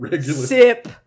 sip